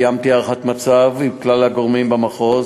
קיימתי הערכת מצב עם כלל הגורמים במחוז